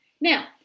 now